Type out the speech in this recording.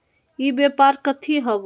ई व्यापार कथी हव?